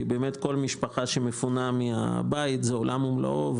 כל משפחה שמפונה מהבית זה עולם ומלואו,